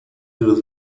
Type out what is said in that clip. las